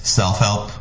self-help